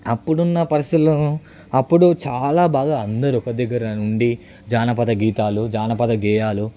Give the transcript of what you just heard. అప్పుడున్న పరిస్థితులు అప్పుడు చాలా బాగా అందరు ఒక్కదగ్గర ఉండి జానపద గీతాలు జానపద గేయాలు